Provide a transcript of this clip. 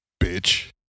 bitch